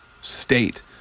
state